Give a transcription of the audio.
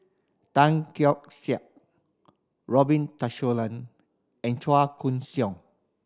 Tan Keong Saik Robin and Chua Koon Siong